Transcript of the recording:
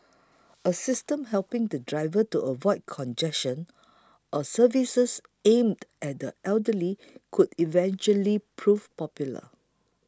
a system helping the driver to avoid congestion or services aimed at the elderly could eventually prove popular